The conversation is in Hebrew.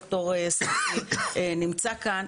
ד"ר ספי נמצא כאן.